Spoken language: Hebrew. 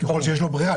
ככל שיש לו ברירה,